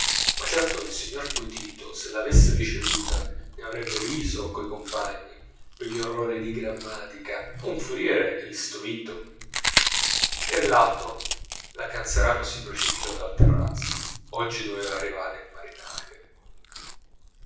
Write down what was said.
ma certo il signor potito se l'avesse ricevuta ne avrebbe riso coi compagni per gli orrori di grammatica un furiere è istruito ier l'altro la canserano si precipitò dal terrazzo oggi doveva arrivare